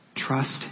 Trust